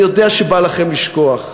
אני יודע שבא לכם לשכוח,